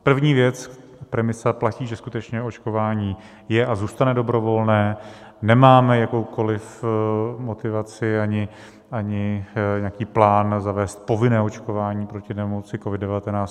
První věc, premisa: platí, že skutečně očkování je a zůstane dobrovolné, nemáme jakoukoliv motivaci ani nějaký plán zavést povinné očkování proti nemoci COVID19.